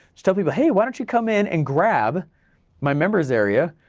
just tell people hey why don't you come in and grab my members area,